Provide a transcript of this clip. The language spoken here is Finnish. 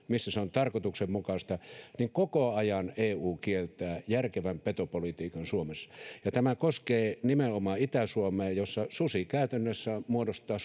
missä se on tarkoituksenmukaista niin kuitenkin koko ajan eu kieltää järkevän petopolitiikan suomessa tämä koskee nimenomaan itä suomea missä sudet käytännössä muodostavat